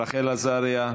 רחל עזריה,